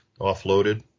offloaded